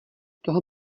toho